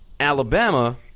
Alabama